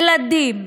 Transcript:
ילדים,